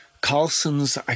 Carlson's